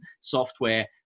software